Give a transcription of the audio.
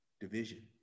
division